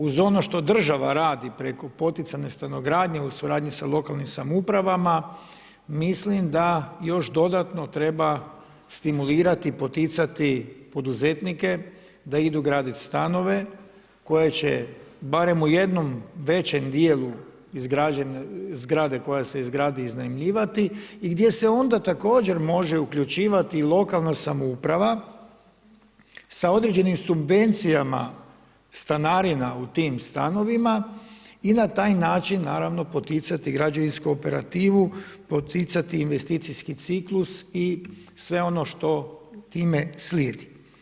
Uz ono što država radi preko poticanje stanogradnje u suradnji sa lokalnim samoupravama, mislim da još dodatno treba stimulirati i poticati poduzetnike da idu graditi stanove koje će barem u jednom većem dijelu izgrađene zgrade koja se izgrdi iznajmljivati i gdje se onda također može uključivati i lokalna samouprava sa određenim subvencijama stanarina u tim stanovima i na taj način poticati građevinsku operativu, poticati investicijski ciklus i sve ono što time slijedi.